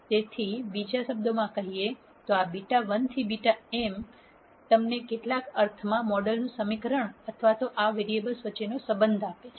તેથી બીજા શબ્દોમાં કહીએ તો આ β 1 થી β m તમને કેટલાક અર્થમાં મોડેલનું સમીકરણ અથવા આ વરીએબલ્સ વચ્ચેનો સંબંધ આપે છે